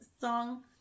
song